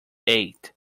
eight